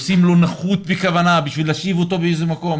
עושים נכות בכוונה בשביל להושיב אותו באיזה מקום,